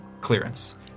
clearance